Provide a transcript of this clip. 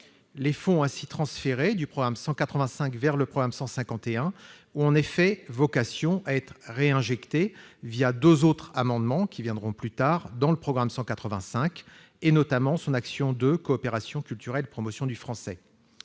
Les fonds ainsi transférés du programme 185 vers le programme 151 ont en effet vocation à être réinjectés deux autres amendements, que je présenterai dans quelques instants, dans le programme 185, et notamment son action n° 02 « Coopération culturelle et promotion du français